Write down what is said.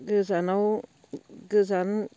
गोजानाव गोजान